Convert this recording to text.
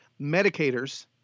medicators